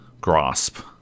grasp